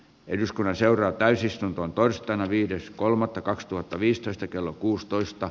eduskunnan seuraa täysistuntoon torstaina viides kolmatta kaksituhattaviisitoista kello kuusitoista